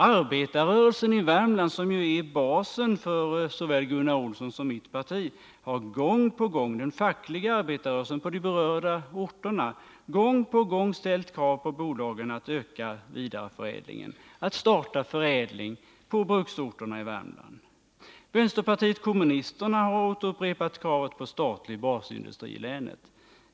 På berörda orter i Värmland har den fackliga arbetarrörelsen, som ju är basen för såväl Gunnar Olssons som mitt parti, gång på gång ställt krav på bolagen att de skall utöka vidareförädlingsverksamheten, att de skall starta förädlingsverksamhet på bruksorterna i Värmland. Vänsterpartiet kommunisterna har åter upprepat kravet på statlig basindustri i länet.